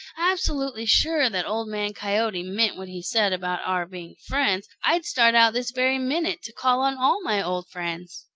absolutely sure, that old man coyote meant what he said about our being friends, i'd start out this very minute to call on all my old friends.